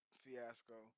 fiasco